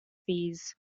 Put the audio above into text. fees